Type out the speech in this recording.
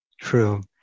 true